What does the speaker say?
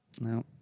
No